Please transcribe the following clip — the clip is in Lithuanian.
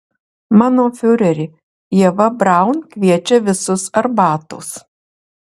mano fiureri ieva braun kviečia visus arbatos